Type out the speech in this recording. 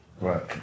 Right